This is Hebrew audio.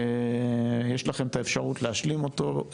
יש לכם את האפשרות להשלים אותו.